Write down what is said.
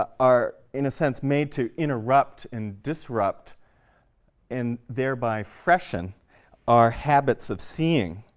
are, in a sense, made to interrupt and disrupt and thereby freshen our habits of seeing,